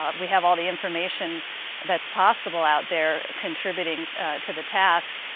ah we have all the information that's possible out there contributing to the task.